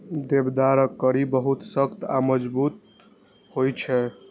देवदारक कड़ी बहुत सख्त आ मजगूत होइ छै